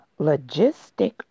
Logistic